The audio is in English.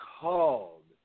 called